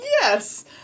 Yes